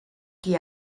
qui